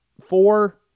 four